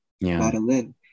Madeline